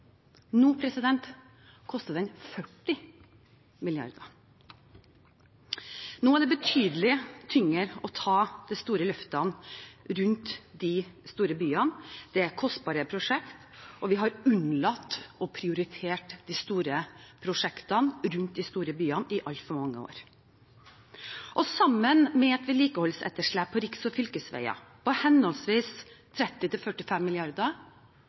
Nå koster den 40 mrd. kr. Nå er det betydelig tyngre å ta de store løftene rundt de store byene. Det er kostbare prosjekter, og vi har unnlatt å prioritere de store prosjektene rundt de store byene i altfor mange år. Sammen med et vedlikeholdsetterslep på riks- og fylkesveier, på henholdsvis 30 mrd.–45 mrd. kr og 45